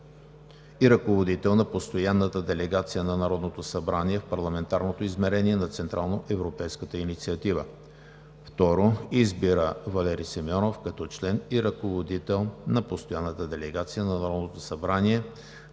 и ръководител на Постоянната делегация на Народното събрание в Парламентарното измерение на Централноевропейската инициатива. 2. Избира Валери Симеонов като член и ръководител на Постоянната делегация на Народното събрание